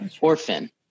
orphan